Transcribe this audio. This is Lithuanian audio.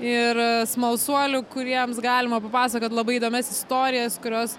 ir smalsuolių kuriems galima papasakot labai įdomias istorijas kurios